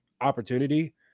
opportunity –